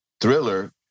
Thriller